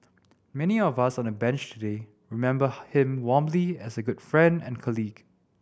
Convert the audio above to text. many of us on the Bench today remember him warmly as a good friend and colleague